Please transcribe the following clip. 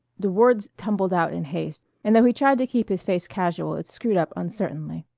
the words tumbled out in haste, and though he tried to keep his face casual it screwed up uncertainly.